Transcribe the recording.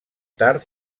tard